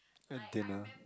at dinner